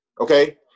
okay